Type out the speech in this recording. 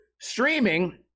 streaming